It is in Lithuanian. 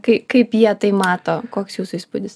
kai kaip jie tai mato koks jūsų įspūdis